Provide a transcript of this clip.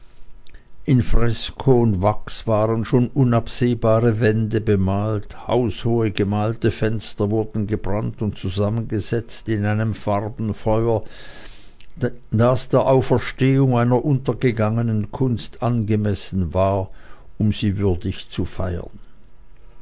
in fresko und wachs waren schon unabsehbare wände bemalt haushohe gemalte fenster wurden gebrannt und zusammengesetzt in einem farbenfeuer das der auferstehung einer untergegangenen kunst angemessen war um sie würdig zu feiern